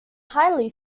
highly